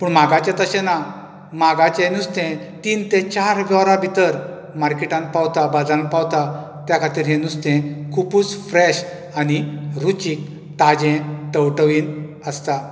पूण मागाचे तशे ना मागाचे नुस्तें तीन ते चार वरां भितर मार्केटान पावता बाजारान पावता त्या खातीर ही नुस्तें खुबूच फ्रेश आनी रुचीक ताजे टवटवीत आसता